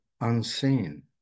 unseen